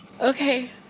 Okay